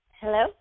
Hello